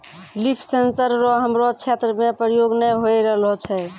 लिफ sensor रो हमरो क्षेत्र मे प्रयोग नै होए रहलो छै